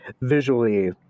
visually